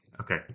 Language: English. Okay